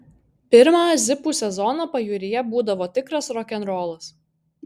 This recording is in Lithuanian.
pirmą zipų sezoną pajūryje būdavo tikras rokenrolas